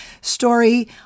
story